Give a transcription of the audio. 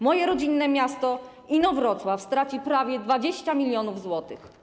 Moje rodzinne miasto Inowrocław straci prawie 20 mln zł.